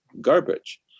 garbage